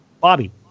bobby